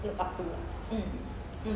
look up to lah